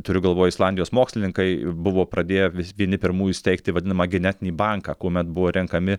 turiu galvoj islandijos mokslininkai buvo pradėję vieni pirmųjų steigti vadinamą genetinį banką kuomet buvo renkami